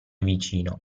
vicino